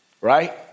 right